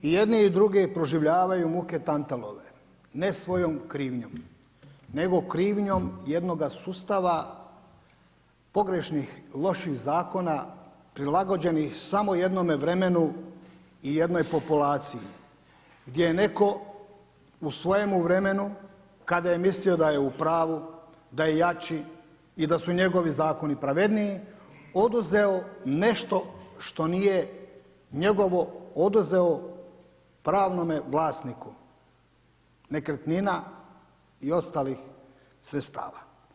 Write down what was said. I jedni i drugi proživljavaju muke Tantalove, ne svojom krivnjom nego krivnjom jednoga sustava pogrešnih loših zakona, prilagođenih samo jednome vremenu i jednoj populaciji gdje je neko u svojemu vremenu kada je mislio da je u pravu da je jači i da su njegovi zakoni pravedniji oduzeo nešto što nije njegovo oduzeo pravnome vlasniku nekretnina i ostalih sredstava.